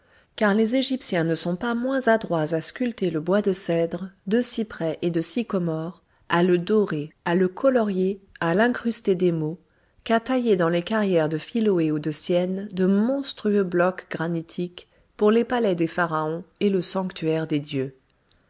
car les égyptiens ne sont pas moins adroits à sculpter le bois de cèdre de cyprès et de sycomore à le dorer à le colorier à l'incruster d'émaux qu'à tailler dans les carrières de philæ ou de syène de monstrueux blocs granitiques pour les palais des pharaons et le sanctuaire des dieux